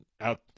out